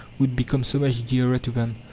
would become so much dearer to them.